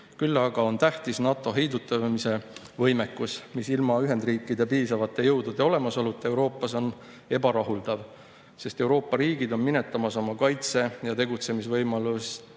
Küll aga on tähtis NATO heidutamise võimekus, mis ilma Ühendriikide piisavate jõudude olemasoluta Euroopas on ebarahuldav, sest Euroopa riigid on minetamas oma kaitse‑ ja tegutsemisvõimekust